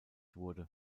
wurde